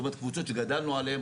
קבוצות שגדלנו עליהן,